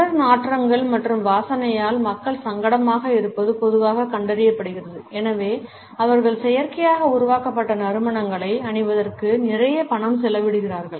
உடல் நாற்றங்கள் மற்றும் வாசனையால் மக்கள் சங்கடமாக இருப்பது பொதுவாகக் கண்டறியப்படுகிறது எனவே அவர்கள் செயற்கையாக உருவாக்கப்பட்ட நறுமணங்களை அணிவதற்கு நிறைய பணம் செலவிடுகிறார்கள்